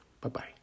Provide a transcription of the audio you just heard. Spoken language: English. Bye-bye